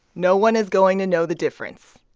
no one is going to know the difference.